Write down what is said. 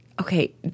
okay